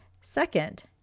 Second